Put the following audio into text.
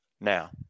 Now